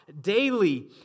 daily